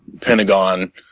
Pentagon